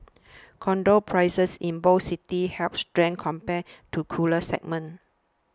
condo prices in both cities held strength compared to cooler segments